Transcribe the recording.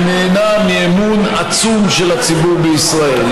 שנהנה מאמון עצום של הציבור בישראל.